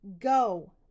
Go